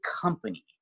company